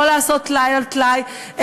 לא לעשות טלאי על טלאי,